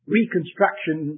reconstruction